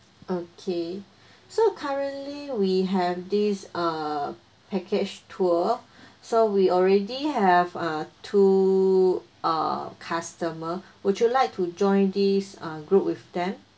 okay so currently we have this uh package tour so we already have uh two uh customer would you like to join this uh group with them